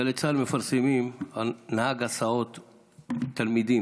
גלי צה"ל מפרסמים על נהג הסעות תלמידים,